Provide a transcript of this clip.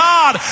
God